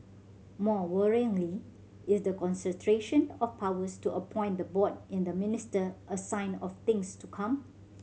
more worryingly is the concentration of powers to appoint the board in the minister a sign of things to come